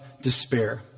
despair